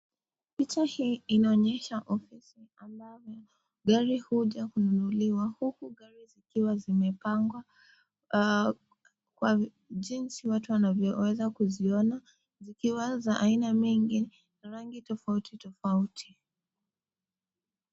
Picha hii inaonyesha ofisi ambayo gari huja kununuliwa, huku gari zikiwa zimepangwa kwa jinsi watu wanavyoweza kuziona, zikiwa za aina mingi na rangi tofauti tofauti.